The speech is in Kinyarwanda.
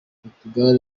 portugal